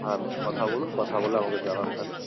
হ্যাঁ আপনি কথা বলুন কথা বলে আমাকে জানান তাহলে